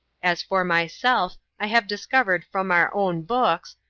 as for myself, i have discovered from our own books,